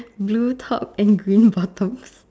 blue top and green bottoms